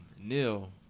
Neil